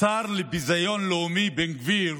השר לביזיון לאומי בן גביר,